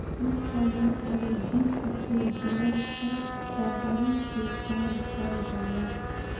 ecommerce में वित्त से जुड़ल सब तहरी के काम कईल जाला